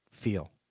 feel